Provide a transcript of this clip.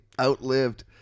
outlived